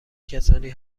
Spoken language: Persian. کسانی